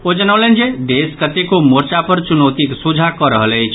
ओ जनौलनि जे देश कतेको मोर्चा पर चुनौतिक सोझा कऽ रहल अछि